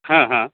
हां हां